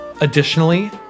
Additionally